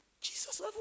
Jesus